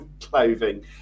clothing